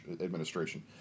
administration